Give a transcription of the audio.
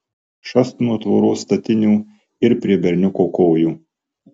šast nuo tvoros statinių ir prie berniuko kojų